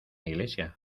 iglesia